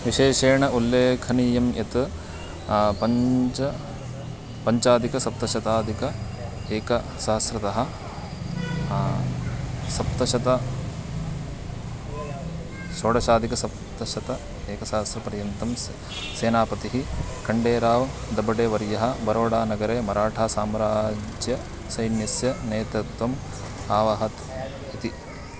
विशेषेण उल्लेखनीयं यत् पञ्च पञ्चाधिकसप्तशताधिक एकसहस्रतः सप्तशत षोडशाधिकसप्तशत एकसहस्रपर्यन्तं सेनापतिः कण्डेराव् दब्बडे वर्यः बरोडानगरे मराठासाम्राज्यसैन्यस्य नेतृत्वम् आवहत् इति